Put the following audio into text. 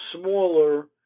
smaller